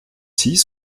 six